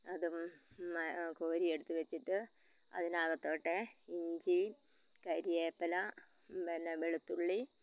അതും കോരി എടുത്ത് വെച്ചിട്ട് അതിനകത്തോട്ട് ഇഞ്ചി കറിവേപ്പില പിന്നെ വെളുത്തുള്ളി